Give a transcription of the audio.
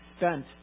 spent